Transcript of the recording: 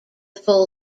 full